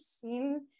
seen